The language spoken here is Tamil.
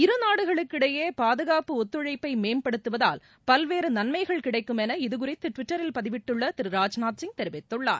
இருநாடுகளுக்கு இடையே பாதுகாப்பு ஒத்துழைப்பை மேம்படுத்துவதால் பல்வேறு நன்மைகள் கிடைக்கும் என இதுகுறித்து ட்விட்டரில் பதிவிட்டுள்ள திரு ராஜ்நாத் சிங் தெரிவித்துள்ளார்